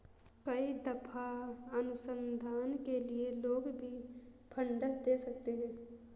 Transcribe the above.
कई दफा अनुसंधान के लिए लोग भी फंडस दे सकते हैं